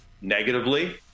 negatively